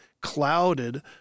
clouded